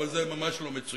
אבל זה ממש לא מצוין,